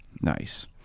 Nice